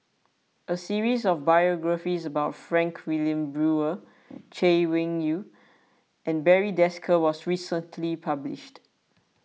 a series of biographies about Frank Wilmin Brewer Chay Weng Yew and Barry Desker was recently published